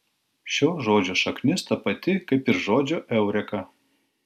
šio žodžio šaknis ta pati kaip ir žodžio eureka